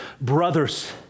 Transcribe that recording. brothers